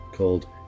Called